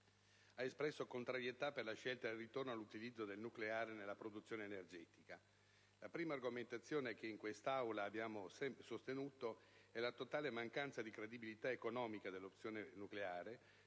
ha espresso contrarietà per la scelta del ritorno all'utilizzo del nucleare per la produzione energetica. La prima argomentazione, da sempre sostenuta in quest'Aula, è la totale mancanza di credibilità economica dell'opzione nucleare,